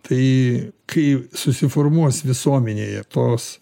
tai kai susiformuos visuomenėje tos